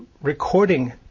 recording